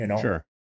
Sure